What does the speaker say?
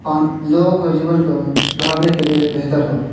پان لوگوں کو جیون کو سدھارنے کے لیے بہتر ہو